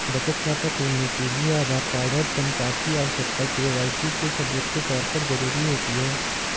बचत खाता खोलने के लिए आधार कार्ड और पैन कार्ड की आवश्यकता के.वाई.सी के सबूत के तौर पर ज़रूरी होती है